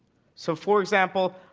so, for example,